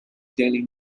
daily